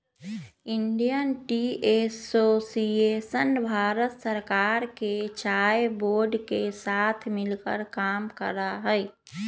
Indian tea association Bharat सरकार के चाय बोर्ड के साथ मिलकर काम करा हई